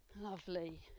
Lovely